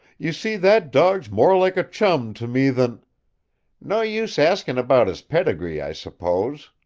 you see, that dawg's more like a chum to me than no use asking about his pedigree, i suppose,